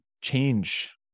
change